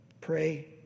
pray